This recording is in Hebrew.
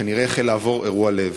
כנראה החל לעבור אירוע לב.